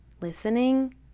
listening